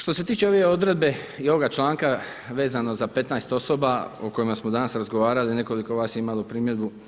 Što se tiče ove odredbe i ovoga članka vezano za 15 osoba o kojima smo danas razgovarali, nekoliko vas je imalo primjedbu.